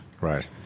Right